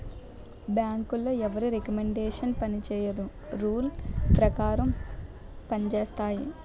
బ్యాంకులో ఎవరి రికమండేషన్ పనిచేయదు రూల్ పేకారం పంజేత్తాయి